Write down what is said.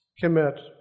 commit